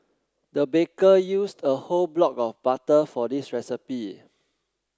the baker used a whole block of butter for this recipe